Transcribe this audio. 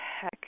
heck